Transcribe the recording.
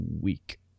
week